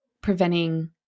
preventing